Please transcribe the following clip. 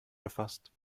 gefasst